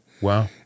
Wow